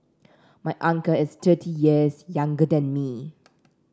my uncle is thirty years younger than me